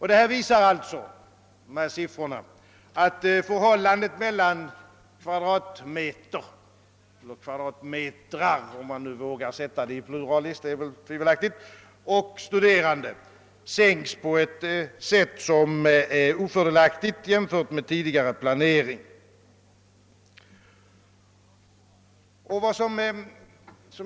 Dessa uppgifter visar att förhållandet mellan antalet kvadratmeter och antalet studerande har sänkts på ett sätt som är ofördelaktigt i jämförelse med tidigare planering.